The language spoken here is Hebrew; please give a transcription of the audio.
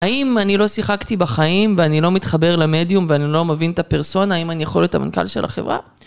האם אני לא שיחקתי בחיים ואני לא מתחבר למדיום ואני לא מבין את הפרסונה האם אני יכולת המנכ"ל של החברה?